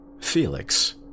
Felix